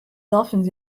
dolphins